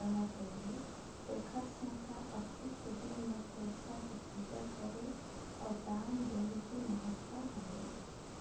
रहत रिहिस तेखर सेंथा अक्ती के दिन मे फइरसा के पूजा करे अउ दान देहे के महत्ता हवे